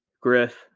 Griff